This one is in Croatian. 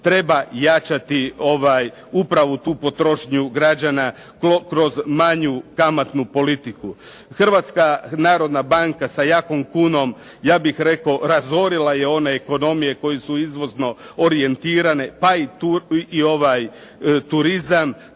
treba jačati upravo tu potrošnju građana kroz manju kamatnu politiku. Hrvatska narodna banka sa jakom kunom ja bih rekao razorila je one ekonomije koje su izvozno orijentirane pa i ovaj turizam.